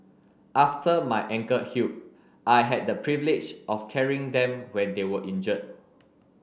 after my ankle healed I had the privilege of carrying them when they were injured